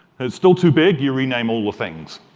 it's still too big, you rename all the things.